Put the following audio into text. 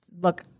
look